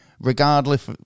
Regardless